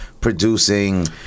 producing